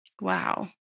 wow